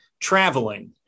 traveling